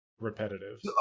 repetitive